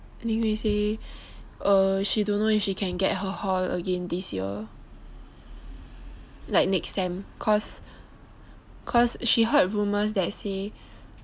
ling hui say she don't know whether she can get her hall again this year like next sem cause she heard rumors that say